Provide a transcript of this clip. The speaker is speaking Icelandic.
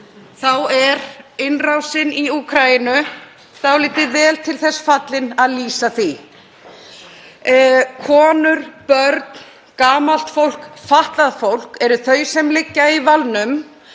þá er innrásin í Úkraínu dálítið vel til þess fallin að lýsa því. Konur, börn, gamalt fólk, fatlað fólk eru þau sem liggja í valnum